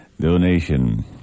donation